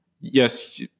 yes